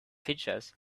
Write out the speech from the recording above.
features